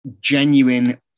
genuine